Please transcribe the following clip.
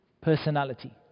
Personality